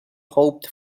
hoped